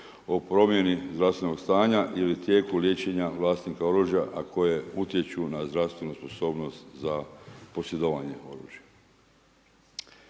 o promjeni zdravstvenog stanja ili tijeku liječenja vlasnika oružja a koje utječu na zdravstvenu sposobnost za posjedovanje oružja.